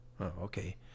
Okay